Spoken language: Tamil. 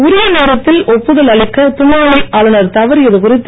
உரிய நேரத்தில் ஒப்புதல் அளிக்க துணைநிலை ஆளுநர் தவறியது குறித்து